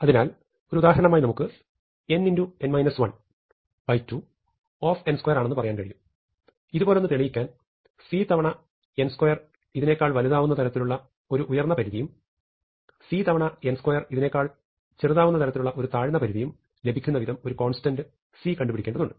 അതിനാൽ ഒരു ഉദാഹരണമായി നമുക്ക് n2 Θ ആണെന്ന് പറയാൻ കഴിയും ഇതുപോലൊന്ന് തെളിയിക്കാൻ c തവണ n2 ഇതിനേക്കാൾ വലുതാവുന്നതരത്തിലുള്ള ഒരു ഉയർന്നപരിധിയും റഫർ സമയം 1437 c തവണ n2 ഇതിനേക്കാൾ ചെറുതാവുന്ന തരത്തിലുള്ള ഒരു താഴ്ന്നപരിധിയും റഫർ സമയം 1441 ലഭിക്കുന്നവിധം ഒരു കോൺസ്റ്റന്റ് c കണ്ടുപിടിക്കേണ്ടതുണ്ട്